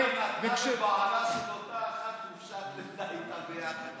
העיקר היא נתנה לבעלה של אותה אחת חופשת לידה איתה ביחד.